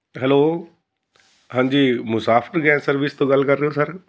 hello ਹਾਂਜੀ ਮੁਸਾਫਕ gas service ਤੋਂ ਗੱਲ ਕਰ ਰਹੇ ਹੋ ਸਰ